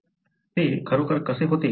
ते खरोखर कसे होते ते पाहूया